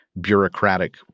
bureaucratic